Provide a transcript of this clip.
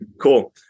Cool